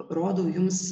rodau jums